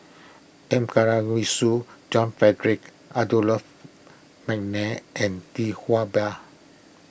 John Frederick McNair and Tee Ba